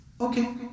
Okay